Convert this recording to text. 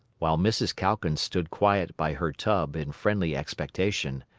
while mrs. calkins stood quiet by her tub in friendly expectation.